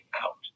out